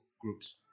groups